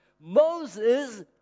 Moses